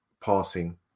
passing